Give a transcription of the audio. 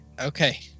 okay